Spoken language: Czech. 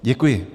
Děkuji.